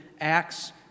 Acts